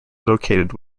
located